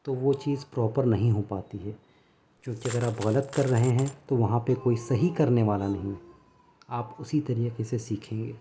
تو ہو چیز پراپر نہیں ہو پاتی ہے کیونکہ اگر آپ غلط کر رہے ہیں تو وہاں پہ کوئی صحیح کرنے والا نہیں آپ اسی طریقے سے سیکھیں گے